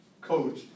coach